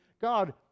god